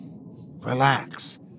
Relax